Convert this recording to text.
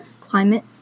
Climate